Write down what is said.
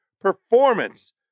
performance